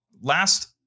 last